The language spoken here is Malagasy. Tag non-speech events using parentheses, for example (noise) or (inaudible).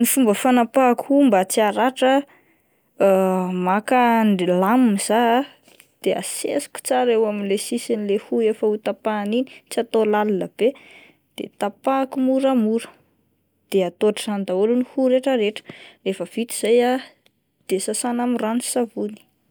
Ny fomba fanapahako hoho mba tsy haratra ah (hesitation) maka an-lame zah ah de asesiko tsara eo amin'le sisin'le hoho efa hotapahina iny, tsy atao lalina be, de tapahako moramora de atao ohatran'izany daholo ny hoho rehetra rehetra ,rehefa vita izay ah de sasana amin'ny rano sy savony.